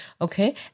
Okay